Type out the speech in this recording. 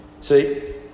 See